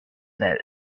well